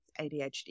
ADHD